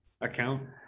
account